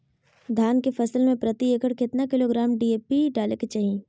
धान के फसल में प्रति एकड़ कितना किलोग्राम डी.ए.पी डाले के चाहिए?